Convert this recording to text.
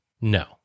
no